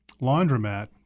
laundromat